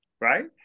Right